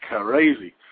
crazy